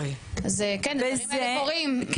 אז כן הדברים האלה קורים.